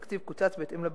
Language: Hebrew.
התקציב קוצץ בהתאם לביצועים.